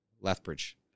Lethbridge